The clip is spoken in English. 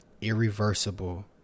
irreversible